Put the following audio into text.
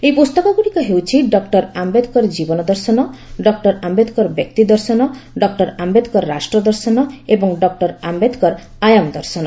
ଏହି ପୁସ୍ତକଗୁଡ଼ିକ ହେଉଛି ଡକ୍ଟର ଆମ୍ଘେଦକର ଜୀବନ ଦର୍ଶନ ଡକ୍ଟର ଆମ୍ଘେଦକର ବ୍ୟକ୍ତି ଦର୍ଶନ ଡକ୍ଟର ଆମ୍ଘେଦକର ରାଷ୍ଟ୍ର ଦର୍ଶନ ଏବଂ ଡକ୍ଟର ଆମ୍ଘେଦକର ଆୟାମ ଦର୍ଶନ